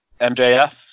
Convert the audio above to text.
MJF